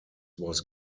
was